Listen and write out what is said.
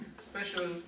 special